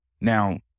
Now